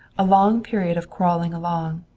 a long period of crawling along,